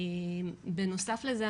בנוסף לזה,